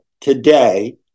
today